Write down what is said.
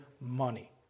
money